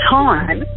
time